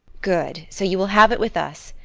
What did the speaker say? good. so you will have it with us.